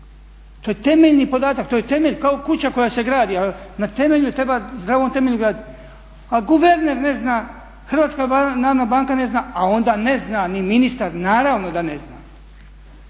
To je temeljni podatak, to je temelj kao kuća koja se gradi. A na temelju treba, zdravom temelju graditi. A guverner ne zna, HNB ne zna a onda ne zna ni ministar, naravno da ne zna.